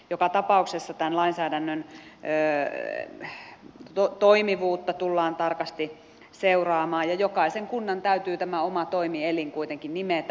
joka tapauksessa tämän lainsäädännön toimivuutta tullaan tarkasti seuraamaan ja jokaisen kunnan täytyy oma toimielin kuitenkin nimetä